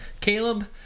Caleb